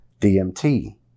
DMT